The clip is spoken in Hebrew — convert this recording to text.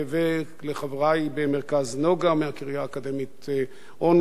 ולחברי ב"מרכז נוגה" מהקריה האקדמית אונו,